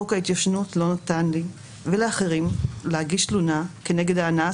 חוק ההתיישנות לא נתן לי ולאחרים להגיש תלונה כנגד האנס,